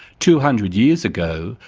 two hundred years ago,